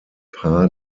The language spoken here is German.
paar